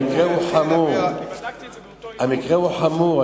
המקרה הוא חמור, המקרה הוא חמור.